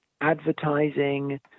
advertising